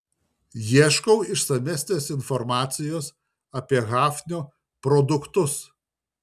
ieškau išsamesnės informacijos apie hafnio produktus